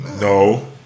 No